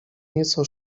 nieco